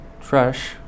trash